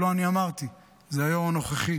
לא אני אמרתי, זה היו"ר הנוכחי,